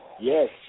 Yes